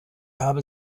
habe